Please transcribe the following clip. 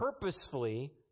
purposefully